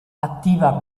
attiva